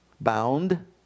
bound